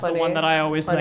like one that i always like